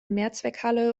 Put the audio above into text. mehrzweckhalle